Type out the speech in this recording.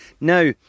Now